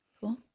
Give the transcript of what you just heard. Cool